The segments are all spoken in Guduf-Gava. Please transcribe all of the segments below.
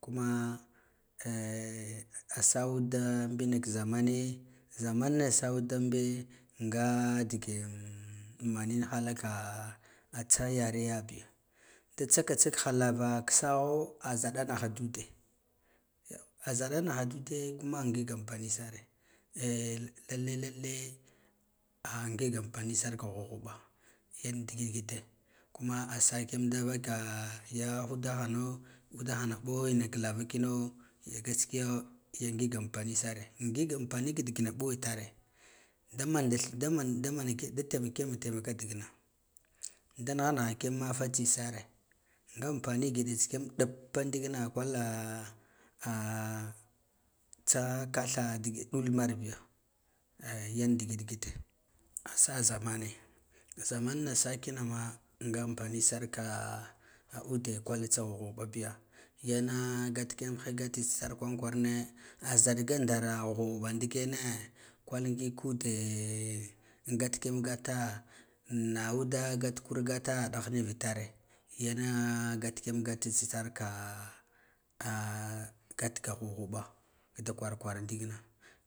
Kuma a sahud da mbina ka zamane zumko sa hud dumbe nga digin manin halaka a tsa yareyabi da tsaka tsiha lava kisaho aza daha da ude ya za zaduna da ube kuma ngig ana ani sare eh lalle ah ngig ampani sar ka ghubg huɓa yan digid gite kuma a sa kiyam da vaka ya udahano udana mbo ina ka lava kina ya gaskiya ya ngig ampani sare ngig ampani ka dig na mɓo itare damanda thir damanda munabe da temkeyan tamaka digina da nigha ne ha kiyan fatsi sare nga ampani giɗa tsi kiya m ɗappa ndikina kwala ah tsa katha dul mar bi ya yan digid digite a sa zamane zamana sa kinama nga ampani sarka ude kwaltsna lavag helbghubabiya yene gat kiya gata tsitar kwara kwarane a zalga ndare ghubghubana nikene kwal ngig ude an gat kiyem gata anhuda gatkal gata dan nuvitare yene gat kiyam gata tsitarka an gatga ghuɓghuɓa kida kwara kwara ndikina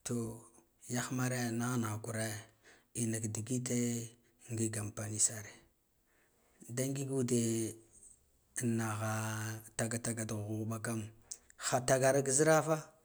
lo yahmare nigha nigha kare vaka digite nga amfasare da ngig ude anazha takataka da ghubghuba kam takara ki zirafa.